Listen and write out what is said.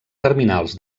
terminals